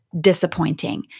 disappointing